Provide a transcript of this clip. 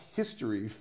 history